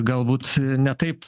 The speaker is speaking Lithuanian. galbūt ne taip